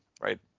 right